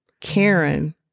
Karen